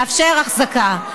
לאפשר אחזקה.